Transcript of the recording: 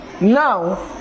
now